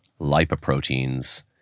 lipoproteins